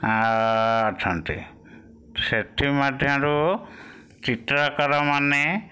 ଆ ଅଛନ୍ତି ସେଥି ମଧ୍ୟରୁ ଚିତ୍ରକର ମାନେ